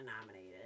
nominated